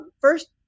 first